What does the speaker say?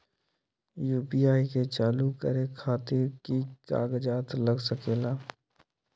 UPI के चालु करे खातीर कि की कागज़ात लग सकेला?